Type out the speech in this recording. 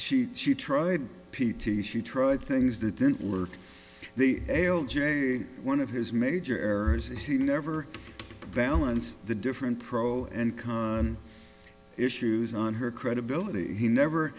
she she tried p t she tried things that didn't work the l j one of his major errors is she never balanced the different pro and con issues on her credibility he never